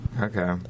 Okay